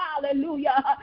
Hallelujah